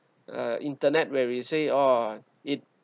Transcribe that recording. uh internet where we say or it